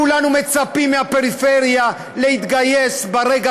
כולנו מצפים מהפריפריה להתגייס ברגע